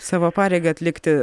savo pareigą atlikti